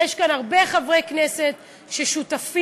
ויש כאן הרבה חברי כנסת ששותפים,